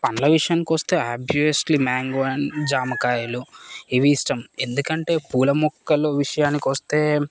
పండ్ల విషయానికొస్తే obviously mango and జామకాయలు ఇవి ఇష్టం ఎందుకంటే పూల మొక్కలు విషయానికొస్తే